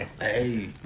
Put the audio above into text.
Hey